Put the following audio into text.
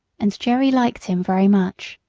and jerry liked him very much.